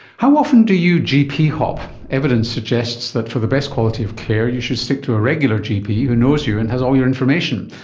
how often do you gp-hop? evidence suggests that for the best quality of care you should stick to a regular gp who knows you and has all your information.